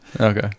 Okay